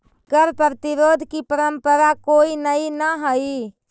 कर प्रतिरोध की परंपरा कोई नई न हई